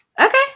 Okay